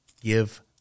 give